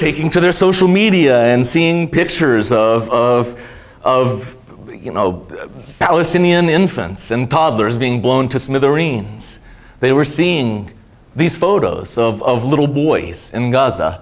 taking to their social media and seeing pictures of of of you know palestinian infants and toddlers being blown to smithereens they were seeing these photos of little boys in g